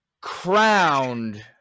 crowned